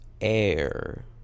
air